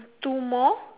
two more